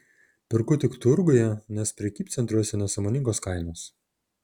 perku tik turguje nes prekybcentriuose nesąmoningos kainos